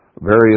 various